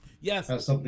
Yes